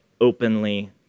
openly